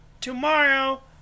tomorrow